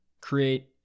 create